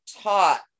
taught